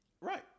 right